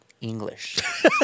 English